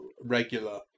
regular